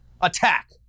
attack